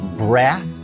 breath